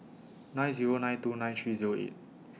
nine Zero nine two nine three Zero eight